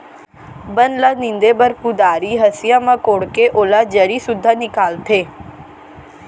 बन ल नींदे बर कुदारी, हँसिया म कोड़के ओला जरी सुद्धा निकालथें